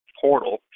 portal